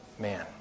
man